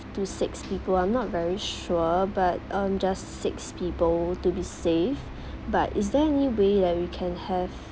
to six people I'm not very sure but um just six people to be safe but is there any way that we can have